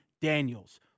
Daniels